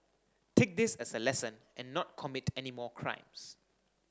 take this as a lesson and not commit any more crimes